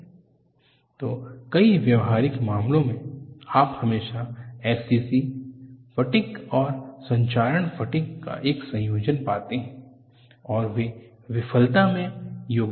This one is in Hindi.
कोरोजन फटिग तो कई व्यावहारिक मामलों में आप हमेशा SCC फटिग और संक्षारण फटिग का एक संयोजन पाते हैं और वे विफलता में योगदान करते है